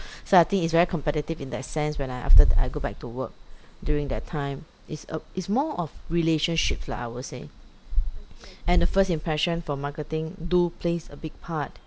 so I think it's very competitive in that sense when I after that I go back to work during that time it's uh it's more of relationships lah I will say and the first impression for marketing do plays a big part